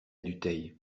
dutheil